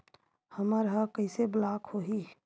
हमर ह कइसे ब्लॉक होही?